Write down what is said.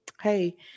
hey